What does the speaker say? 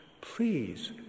please